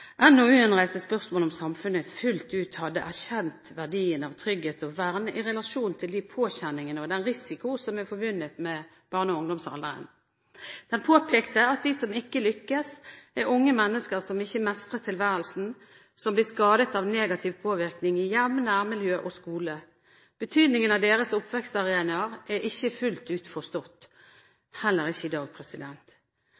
reiste spørsmål om samfunnet fullt ut hadde erkjent verdien av trygghet og vern i relasjon til de påkjenningene og den risiko som er forbundet med barne- og ungdomsalderen. Den påpekte at de som ikke lykkes, er unge mennesker som ikke mestrer tilværelsen, og som blir skadet av negativ påvirkning i hjem, nærmiljø og skole. Betydningen av deres oppvekstarenaer har ikke fullt